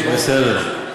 בסדר.